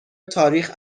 تاریخ